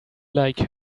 like